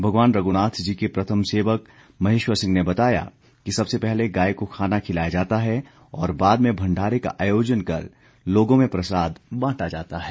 भगवान रघुनाथ जी के प्रथम सेवक महेश्वर सिंह ने बताया कि सबसे पहले गाय को खाना खिलाया जाता है और बाद में भंडारे का आयोजन कर लोगों में प्रसाद बांटा जाता है